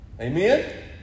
Amen